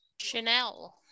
chanel